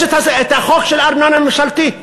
יש את החוק של ארנונה ממשלתית.